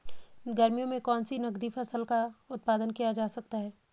गर्मियों में कौन सी नगदी फसल का उत्पादन किया जा सकता है?